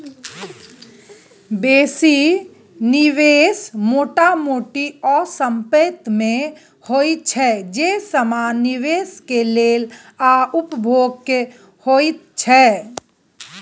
बेसी निवेश मोटा मोटी ओ संपेत में होइत छै जे समान निवेश के लेल आ उपभोग के होइत छै